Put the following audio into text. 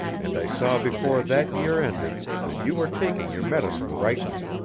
and i saw before that year ended that you were taking your medicine rightly.